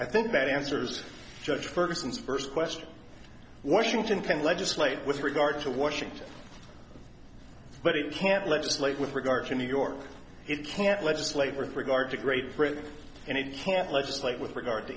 i think that answers judge ferguson's first question washington can legislate with regard to washington but it can't legislate with regard to new york it can't legislate worth regard to great britain and it can't legislate with regard to